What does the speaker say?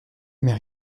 mais